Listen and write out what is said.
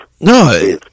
No